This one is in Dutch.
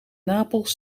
napels